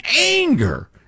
anger